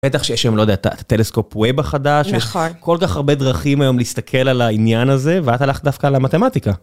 בטח שיש שם היום לא יודע.. את הטלסקופ ווב החדש, יש כל כך הרבה דרכים היום להסתכל על העניין הזה, ואת הלכת דווקא על המתמטיקה.